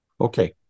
okay